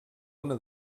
una